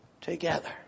together